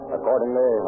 Accordingly